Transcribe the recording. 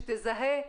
שתזהה,